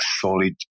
solid